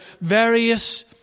various